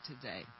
today